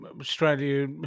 Australia